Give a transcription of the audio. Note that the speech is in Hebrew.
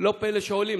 לא פלא שעולים.